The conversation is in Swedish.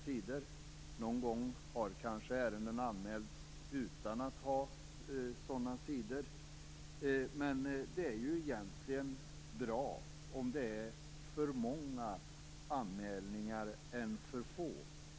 Någon gång har ärenden kanske anmälts utan att de haft sådana aspekter. Men det är bättre om det görs för många anmälningar än för få.